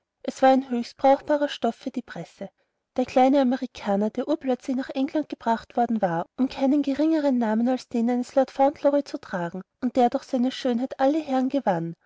es war ein höchst brauchbarer stoff für die presse der kleine amerikaner der urplötzlich nach england gebracht worden war um keinen geringeren namen als den eines lord fauntleroy zu tragen und der durch seine schönheit alle herren gewann